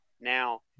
now